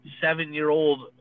seven-year-old